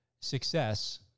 success